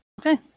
Okay